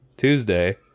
Tuesday